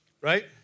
right